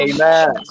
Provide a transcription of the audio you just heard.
Amen